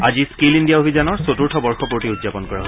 আজি skill India অভিযানৰ চতূৰ্থ বৰ্ষপূৰ্তি উদযাপন কৰা হৈছে